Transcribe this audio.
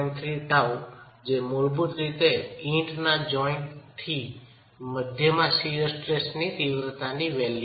3 τ જે મૂળભૂત રીતે ઇંટના જોઇન્ટ થી મધ્યમાં શિઅરસ્ટ્રેસ નું તીવ્રતા ની વેલ્યુ છે